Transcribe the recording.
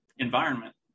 environment